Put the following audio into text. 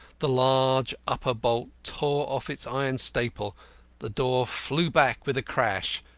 the large upper bolt tore off its iron staple the door flew back with a crash.